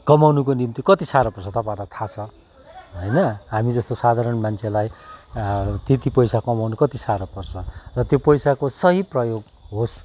कमाउनुको निम्ति कति साह्रो पर्छ तपाईँहरूलाई थाहा छ होइन हामी जस्तो साधारण मान्छेलाई त्यति पैसा कमाउनु कति साह्रो पर्छ र त्यो पैसाको सही प्रयोग होस्